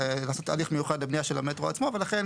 לעשות הליך מיוחד לבנייה של המטרו עצמו ולכן